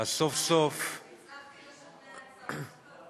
אז סוף-סוף, הצלחתי לשכנע את שר החקלאות.